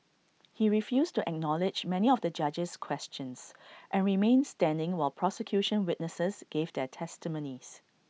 he refused to acknowledge many of the judge's questions and remained standing while prosecution witnesses gave their testimonies